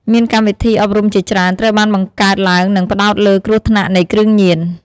មានកម្មវិធីអប់រំជាច្រើន ត្រូវបានបង្កើតឡើងនិងផ្តោតលើគ្រោះថ្នាក់នៃគ្រឿងញៀន។